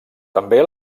també